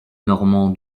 normand